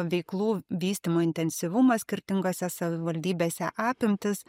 veiklų vystymo intensyvumas skirtingose savivaldybėse apimtys